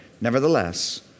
nevertheless